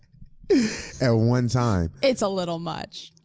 ah one time. it's a little much.